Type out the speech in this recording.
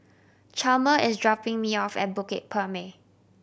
Chalmer is dropping me off at Bukit Purmei